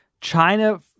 China